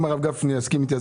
אם הרב גפני יסכים אתי,